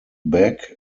back